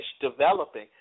developing